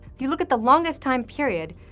you look at the longest time period,